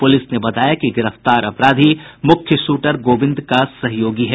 police ने बताया कि गिरफ्तार अपराधी मुख्य शूटर गोविंद का सहयोगी है